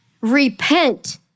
Repent